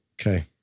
okay